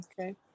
Okay